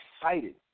Excited